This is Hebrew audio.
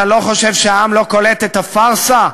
אתה חושב שהעם לא קולט את הפארסה?